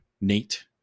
Nate